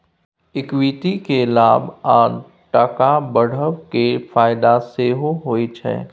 equity केँ लाभ आ टका बढ़ब केर फाएदा सेहो होइ छै